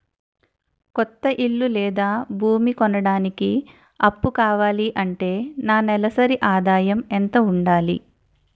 కొత్త ఇల్లు లేదా భూమి కొనడానికి అప్పు కావాలి అంటే నా నెలసరి ఆదాయం ఎంత ఉండాలి?